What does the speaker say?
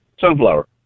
Sunflower